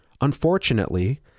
Unfortunately